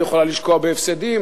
היא יכולה לשקוע בהפסדים,